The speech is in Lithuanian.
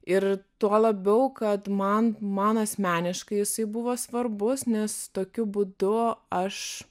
ir tuo labiau kad man man asmeniškai jisai buvo svarbus nes tokiu būdu aš